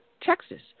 Texas